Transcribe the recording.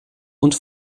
und